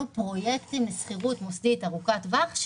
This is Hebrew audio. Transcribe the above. פרויקטים לשכירות מוסדית ארוכת טווח.